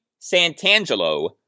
Santangelo